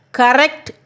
correct